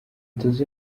tuzi